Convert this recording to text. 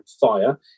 fire